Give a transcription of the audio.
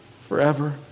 forever